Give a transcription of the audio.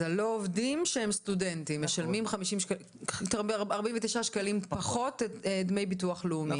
אז הלא עובדים שהם סטודנטים משלמים 49 שקלים פחות בדמי ביטוח לאומי.